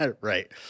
Right